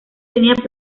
tenía